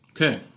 Okay